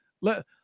let